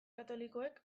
katolikoek